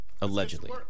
Allegedly